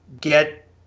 get